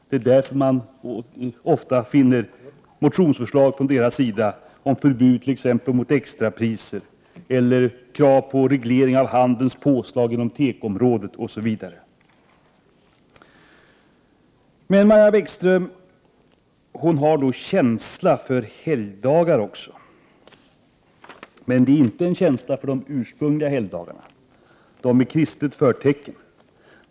Det är därför man ofta finner motionsförslag från deras sida om förbud mot t.ex. extrapriser, eller med krav på reglering av handeln inom tekoområdet osv. Maja Bäckström har också känsla för helgdagar, men det är inte en känsla för de ursprungliga helgdagarna, de med kristet förtecken.